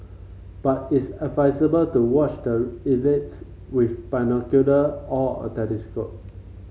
but it's advisable to watch the with binocular or a telescope